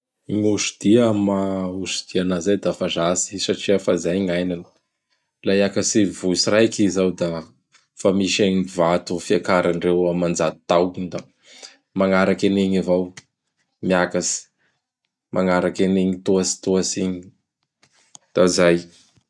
Gn'Osy Dia amin'ny maha Osy Dia anazy izay da fa zatsy i satria fa izay gny iaignany. La hiakatsy vohitsy raiky i zao da fa misy gn vato fiakarandreo aman-jato tao da magnaraky anigny avao miakatsy. Manaraky anigny tohatsitohatsy igny da izay.